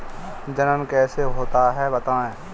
जनन कैसे होता है बताएँ?